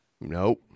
Nope